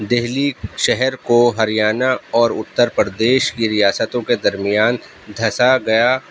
دہلی شہر کو ہریانہ اور اتر پردیس کی ریاستوں کے درمیان دھنسا گیا